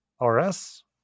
RS